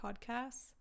podcasts